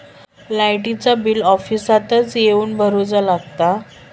लाईटाचा बिल ऑफिसातच येवन भरुचा लागता?